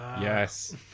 Yes